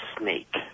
Snake